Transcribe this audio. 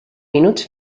minuts